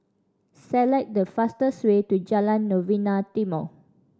select the fastest way to Jalan Novena Timor